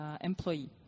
employee